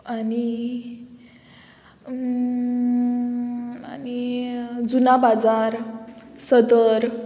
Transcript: आनी आनी जुना बाजार सतर